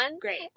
Great